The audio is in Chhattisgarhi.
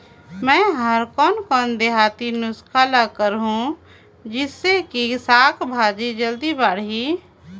मै हर कोन कोन देहाती नुस्खा ल करहूं? जिसे कि साक भाजी जल्दी बाड़ही?